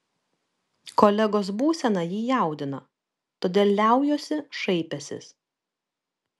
kolegos būsena jį jaudina todėl liaujuosi šaipęsis